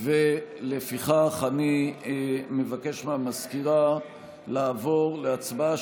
ולפיכך אני מבקש מהמזכירה לעבור להצבעה